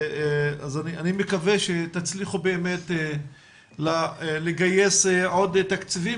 אז אני מקווה שתצליחו באמת לגייס עוד תקציבים